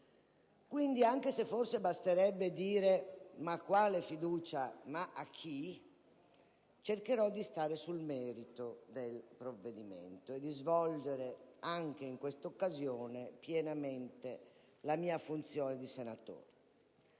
Quindi, anche se forse basterebbe dire «ma quale fiducia e a chi?», cercherò di stare nel merito del provvedimento e di svolgere pienamente, anche in questa occasione, la mia funzione di senatore.